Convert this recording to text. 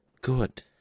Good